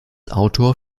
autor